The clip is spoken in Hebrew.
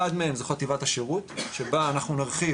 אחד מהם זו חטיבת השירות שבה אנחנו נרחיב